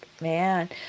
man